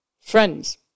friends